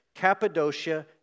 Cappadocia